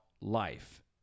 life